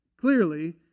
Clearly